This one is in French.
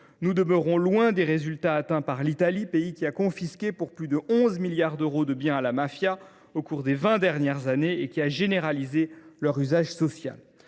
nous demeurons loin des résultats atteints par l’Italie, ce pays ayant confisqué pour plus de 11 milliards d’euros de biens à la mafia au cours des vingt dernières années et généralisé leur usage social.